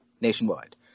nationwide